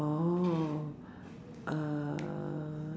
orh err